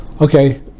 Okay